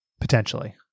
Potentially